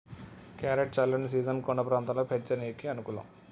carrot చల్లని season కొండ ప్రాంతంలో పెంచనీకి అనుకూలం